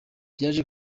byaje